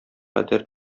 кадәр